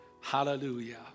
Hallelujah